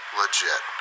legit